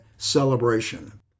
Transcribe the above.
Celebration